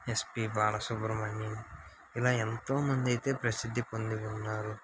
SP Balasubrahmanyam ఇలా ఎంతో మంది అయితే ప్రసిద్ధి పొంది ఉన్నారు